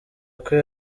kwe